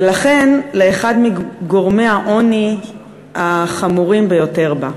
ולכן, לאחד מגורמי העוני החמורים ביותר בה.